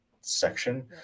section